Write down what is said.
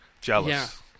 Jealous